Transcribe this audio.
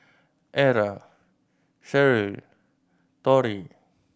Era Cheryll Torrie